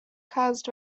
caused